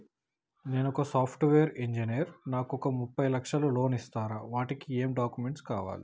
నేను ఒక software engineer నాకు ఒక ముప్పై లక్షల లోన్ ఇస్తరా? వాటికి ఏం డాక్యుమెంట్స్ కావాలి?